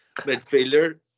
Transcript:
midfielder